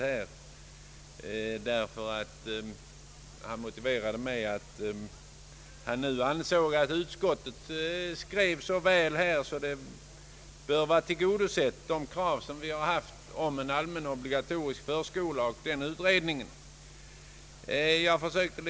Han motiverar sin ståndpunkt med att han nu anser att utskottet skrivit så väl, att de krav vi har framfört om en allmän obligatorisk förskola och en utredning därom bör vara tillgodosedda.